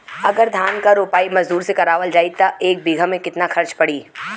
अगर धान क रोपाई मजदूर से करावल जाई त एक बिघा में कितना खर्च पड़ी?